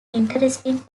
interesting